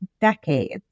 decades